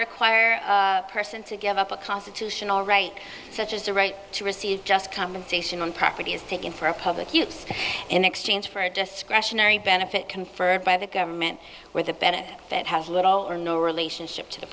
require a person to give up a constitutional right such as the right to receive just compensation on property is taken for public use in exchange for a discretionary benefit conferred by the government where the benefit of it has little or no relationship to the